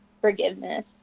forgiveness